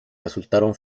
resultaron